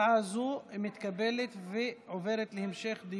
ההצעה להעביר את הצעת חוק הביטוח הלאומי (תיקון,